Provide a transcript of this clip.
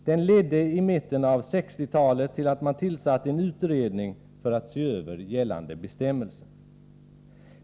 Den ledde i mitten av 1960-talet till att man tillsatte en utredning för att se över gällande bestämmelser.